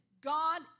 God